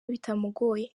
bitamugoye